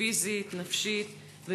פיזית ונפשית,